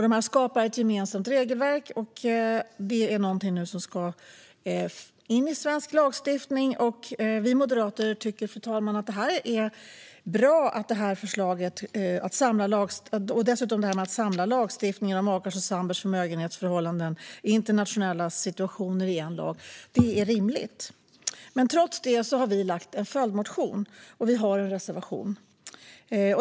De skapar ett gemensamt regelverk, och de ska nu in i svensk lagstiftning. Fru talman! Vi moderater tycker att förslaget är bra. Det här med att samla lagstiftning om makars och sambors förmögenhetsförhållanden i internationella situationer i en lag är rimligt. Trots det har vi lagt fram en följdmotion och har en reservation.